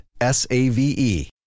S-A-V-E